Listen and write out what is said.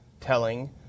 telling